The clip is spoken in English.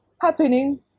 happening